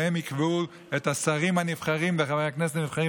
והם יקבעו את השרים הנבחרים וחברי הכנסת הנבחרים,